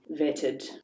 vetted